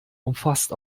umfasst